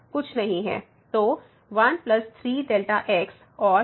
तो 1 3 Δ x और Δx → 0 है